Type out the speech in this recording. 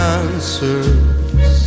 answers